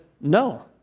no